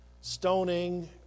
Stoning